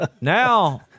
Now